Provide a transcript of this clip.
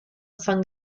san